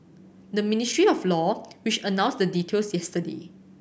the Ministry of Law which announced the details yesterday